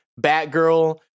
batgirl